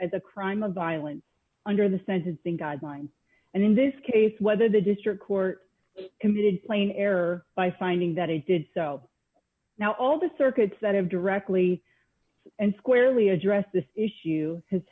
as a crime of violence under the sentencing guidelines and in this case whether the district court committed plain error by finding that he did so now all the circuits that have directly and squarely addressed this issue has